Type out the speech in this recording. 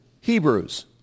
Hebrews